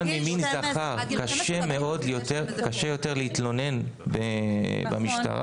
ממין זכר קשה יותר להתלונן במשטרה.